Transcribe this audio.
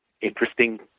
interesting